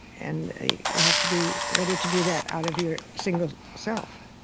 and you have to be ready to do that out of your single self.